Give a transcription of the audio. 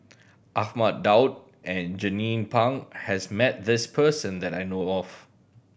Ahmad Daud and Jernnine Pang has met this person that I know of